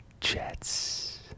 Jets